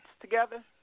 together